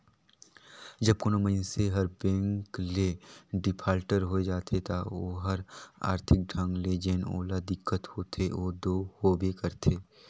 जब कोनो मइनसे हर बेंक ले डिफाल्टर होए जाथे ता ओहर आरथिक ढंग ले जेन ओला दिक्कत होथे ओ दो होबे करथे